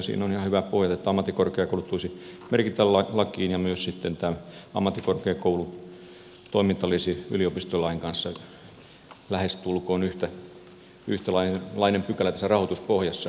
siinä on ihan hyvä pohja että ammattikorkeakoulut tulisi merkitä lakiin ja myös tämä ammattikorkeakoulutoiminta olisi yliopistolain kanssa lähestulkoon yhtäläinen pykälä tässä rahoituspohjassa